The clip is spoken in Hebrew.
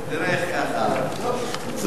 תראה איך ככה, טוב.